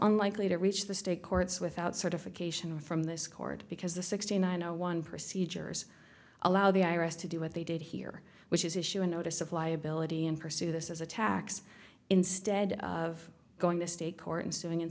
unlikely to reach the state courts without certification from this court because the sixty nine zero one procedures allow the i r s to do what they did here which is issue a notice of liability and pursue this as a tax instead of going to state court and suing in